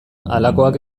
halakoak